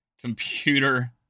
computer